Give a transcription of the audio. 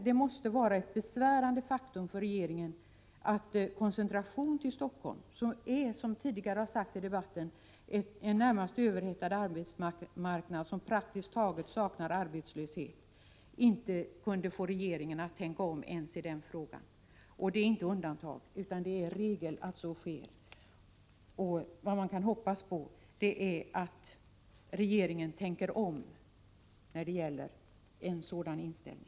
Det måste vara ett besvärande faktum att koncentrationen till Helsingfors, som är — vilket tidigare sagts i debatten — en närmast överhettad arbetsmarknad, som praktiskt taget saknar arbetslöshet, inte kunde få regeringen att tänka om ens i den frågan. Det är inget undantag, utan det är regel att så sker. Vad man kan hoppas på nu är att regeringen tänker om när det gäller en sådan inställning.